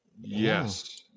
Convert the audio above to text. Yes